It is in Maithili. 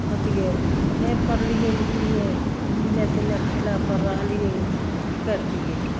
होतियै रऽ नहि पढ़लियै लिखलियै जेने तेने खेलऽपर रहलियै की करतियै